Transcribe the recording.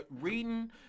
reading